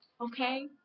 okay